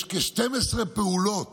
יש כ-12 פעולות